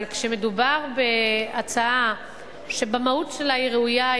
אבל כשמדובר בהצעה שבמהות שלה היא ראויה,